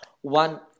one